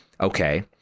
okay